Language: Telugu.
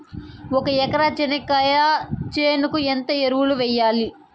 ఒక ఎకరా చెనక్కాయ చేనుకు ఎంత ఎరువులు వెయ్యాలి?